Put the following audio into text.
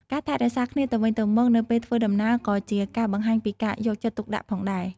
ការថែរក្សាគ្នាទៅវិញទៅមកនៅពេលធ្វើដំណើរក៏ជាការបង្ហាញពីការយកចិត្តទុកដាក់ផងដែរ។